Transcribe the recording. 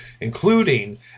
including